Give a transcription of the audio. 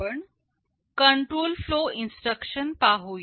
आपण control flow instruction पाहूया